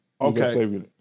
Okay